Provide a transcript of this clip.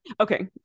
Okay